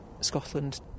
scotland